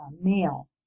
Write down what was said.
male